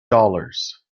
dollars